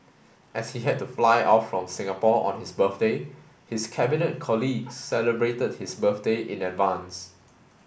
as he had to fly off from Singapore on his birthday his Cabinet colleagues celebrated his birthday in advance